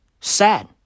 Sad